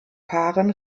paaren